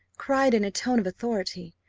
cried in a tone of authority,